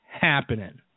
happening